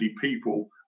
people